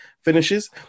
finishes